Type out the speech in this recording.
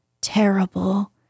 terrible